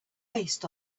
based